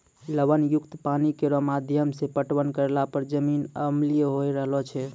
लवण युक्त पानी केरो माध्यम सें पटवन करला पर जमीन अम्लीय होय रहलो छै